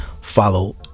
Follow